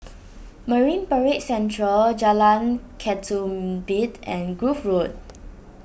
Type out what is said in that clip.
Marine Parade Central Jalan Ketumbit and Grove Road